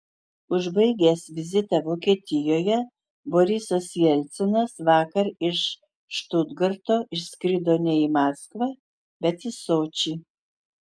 užbaigęs vizitą vokietijoje borisas jelcinas vakar iš štutgarto išskrido ne į maskvą bet į sočį